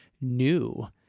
new